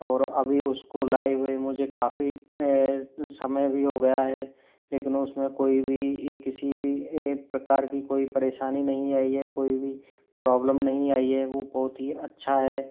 और अभी उसको लाए हुए मुझे काफ़ी समय भी हो गया है लेकिन उसमें कोई भी या किसी भी प्रकार की कोई परेशानी नहीं आई है कोई भी प्रॉब्लम नहीं आई है वो बहुत ही अच्छा है